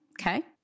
Okay